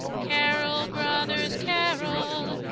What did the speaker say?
carol, brothers, carol,